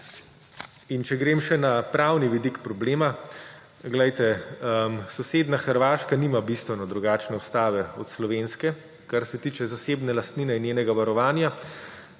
In če grem še na pravni vidik problema. Poglejte, sosednja Hrvaška nima bistveno drugačne ustave od slovenske, kar se tiče zasebne lastnine in njenega varovanja.